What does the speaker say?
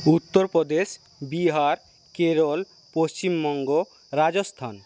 Uttar Pradesh Bihar Kerala Paschimbanga Rajasthan